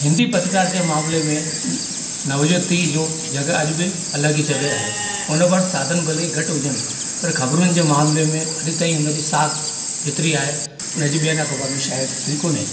हिंदी पत्रिका जे मामले में नवज्योति जो जॻह अॼु बि अलॻि ई जॻह आहे हुन वटि साधन भले ई घटि हुजनि पर ख़बरुनि जे मामले में अॼु ताईं हुनजी सां एतिरी आहे हुनजी ॿियनि अख़बारुनि में शायदि ओतिरी कोन्हे